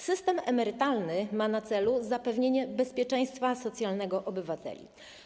System emerytalny ma na celu zapewnienie bezpieczeństwa socjalnego obywateli.